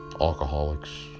alcoholics